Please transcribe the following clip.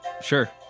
Sure